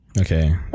Okay